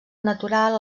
natural